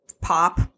pop